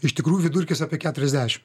iš tikrųjų vidurkis apie keturiasdešimt